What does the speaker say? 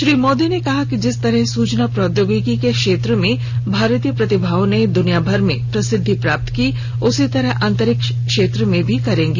श्री मोदी ने कहा कि जिस तरह सूचना प्रौद्योगिकी के क्षेत्र में भारतीय प्रतिभाओं ने दुनियाभर में प्रसिद्धि प्राप्त की उसी तरह अंतरिक्ष क्षेत्र में भी करेंगी